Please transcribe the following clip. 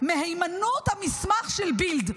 את מהימנות המסמך של "בילד".